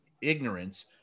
ignorance